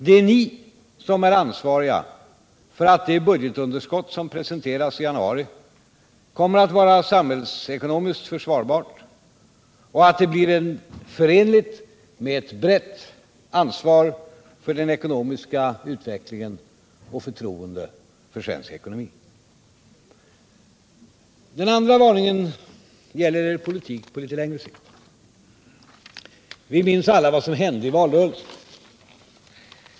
Det är ni som är ansvariga för att det budgetunderskott som presenteras i januari kommer att vara samhällsekonomiskt försvarbart och att det blir förenligt med ett brett ansvar för den ekonomiska utvecklingen och förtroendet för svensk ekonomi. Den andra varningen gäller er politik på något längre sikt. Vi minns alla vad som hände i valrörelsen.